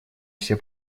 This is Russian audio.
все